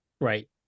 Right